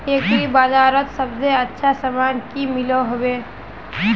Agri बजारोत सबसे अच्छा सामान की मिलोहो होबे?